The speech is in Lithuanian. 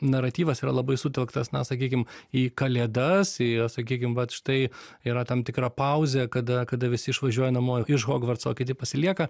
naratyvas yra labai sutelktas na sakykim į kalėdas į sakykim vat štai yra tam tikra pauzė kada kada visi išvažiuoja namo iš hogvartso o kiti pasilieka